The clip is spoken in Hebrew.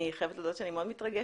אני חייבת להודות שאני מאוד מתרגשת,